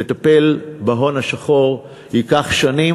לטפל בהון השחור ייקח שנים,